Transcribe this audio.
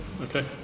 Okay